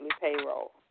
payroll